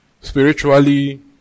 Spiritually